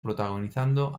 protagonizando